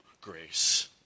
grace